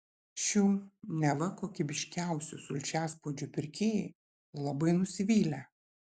šių neva kokybiškiausių sulčiaspaudžių pirkėjai labai nusivylę